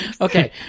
Okay